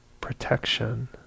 protection